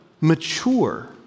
mature